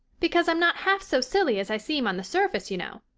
because i'm not half so silly as i seem on the surface, you know.